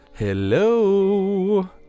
Hello